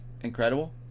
incredible